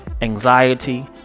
anxiety